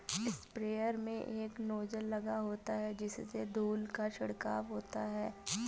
sprayer में एक nozzle लगा होता है जिससे धूल का छिड़काव होता है